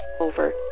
over